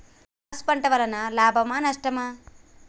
Cross పంట వలన లాభమా నష్టమా?